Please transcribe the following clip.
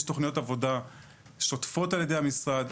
יש תוכניות עבודה שוטפות על ידי המשרד,